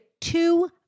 two